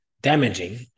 damaging